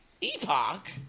Epoch